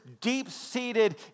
deep-seated